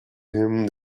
him